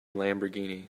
lamborghini